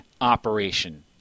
operation